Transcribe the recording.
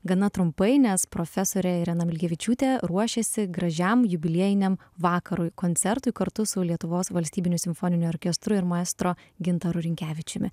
gana trumpai nes profesorė irena milkevičiūtė ruošėsi gražiam jubiliejiniam vakarui koncertui kartu su lietuvos valstybiniu simfoniniu orkestru ir maestro gintaru rinkevičiumi